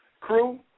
crew